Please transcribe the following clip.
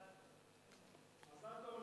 בבקשה.